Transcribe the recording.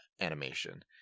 animation